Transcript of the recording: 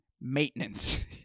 maintenance